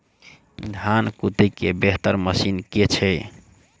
धान कुटय केँ बेहतर मशीन केँ छै?